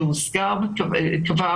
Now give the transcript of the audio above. שהוזכר כבר,